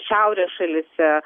šiaurės šalyse